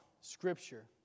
scripture